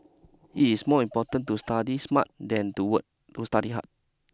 it is more important to study smart than to work to study hard